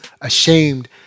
ashamed